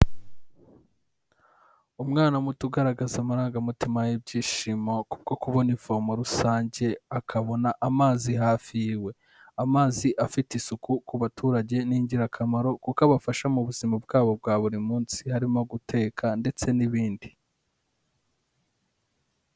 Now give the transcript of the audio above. Umwana muto ugaragaza amarangamutima y'ibyishimo, kubwo kubona ivomo rusange, akabona amazi hafi y'iwe. Amazi afite isuku ku baturage ni ingira kamaro kuko abafasha mu buzima bwabo bwa buri munsi, harimo guteka ndetse n'ibindi.